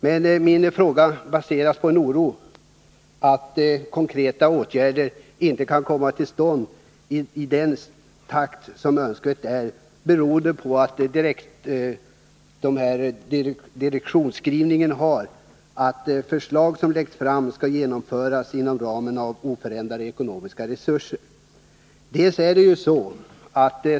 Men min fråga baseras på en oro för att konkreta åtgärder inte kan komma till stånd i den takt som är önskvärd, detta beroende på skrivningen i direktiven om att förslag som läggs fram skall genomföras inom ramen för oförändrade ekonomiska resurser.